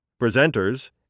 Presenters